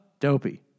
Dopey